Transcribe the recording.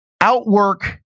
Outwork